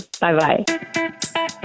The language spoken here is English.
Bye-bye